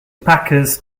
packers